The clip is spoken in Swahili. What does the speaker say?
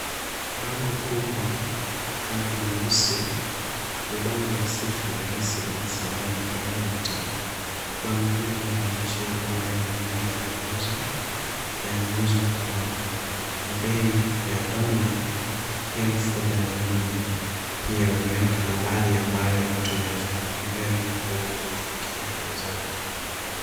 Bango kubwa rangi nyeusi ni bango la Symphony Residence ambayo iko Lavington. Bango hili linaonyesha nyuma yanauzwa na yanauzwa kwa bei ya $40000 pia wanaweka nambari ambayo mtu anaweza kupigia ili kuweza kumfikia muuzaji.